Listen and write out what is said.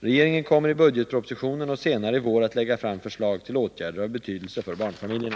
Regeringen kommer i budgetpropositionen och senare i vår att lägga fram förslag till åtgärder av betydelse för barnfamiljerna.